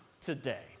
today